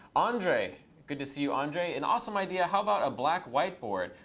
andre. good to see you, andre. an awesome idea. how about a black whiteboard?